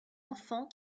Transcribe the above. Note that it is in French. enfant